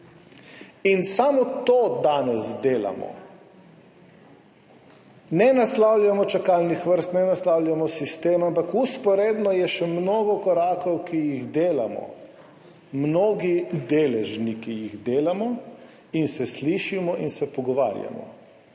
In samo to danes delamo. Ne naslavljamo čakalnih vrst, ne naslavljamo sistema, ampak vzporedno je še mnogo korakov, ki jih delamo, mnogi deležniki jih delamo in se slišimo in se pogovarjamo.